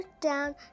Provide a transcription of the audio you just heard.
down